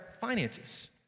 finances